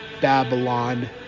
Babylon